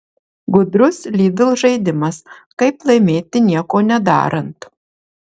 gudrus lidl žaidimas kaip laimėti nieko nedarant